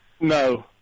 No